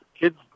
Kids